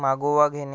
मागोवा घेणे